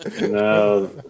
No